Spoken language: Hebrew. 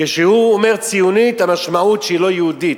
כשהוא אומר "ציונית", המשמעות שהיא לא יהודית,